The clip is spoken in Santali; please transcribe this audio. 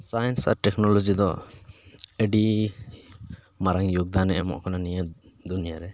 ᱥᱟᱭᱮᱱᱥ ᱟᱨ ᱴᱮᱠᱱᱳᱞᱚᱡᱤ ᱫᱚ ᱟᱹᱰᱤ ᱢᱟᱨᱟᱝ ᱭᱳᱜᱽᱫᱟᱱᱮ ᱮᱢᱚᱜ ᱠᱟᱱᱟ ᱱᱤᱭᱟᱹ ᱫᱩᱱᱭᱟᱹ ᱨᱮ